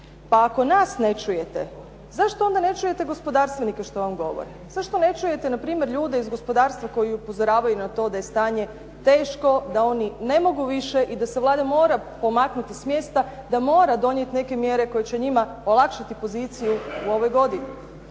Pa ako nas ne čujete, zašto onda ne čujete gospodarstvenike što vam govore? Zašto ne čujete na primjer ljude iz gospodarstva koji upozoravaju na to da je stanje teško, da oni ne mogu više i da se Vlada mora pomaknuti s mjesta, da mora donijeti mjere koje će njima olakšati poziciju u ovoj godini?